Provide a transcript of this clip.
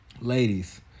Ladies